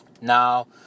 Now